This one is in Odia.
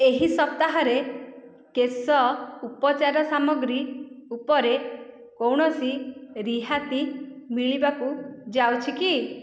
ଏହି ସପ୍ତାହରେ କେଶ ଉପଚାର ସାମଗ୍ରୀ ଉପରେ କୌଣସି ରିହାତି ମିଳିବାକୁ ଯାଉଛି କି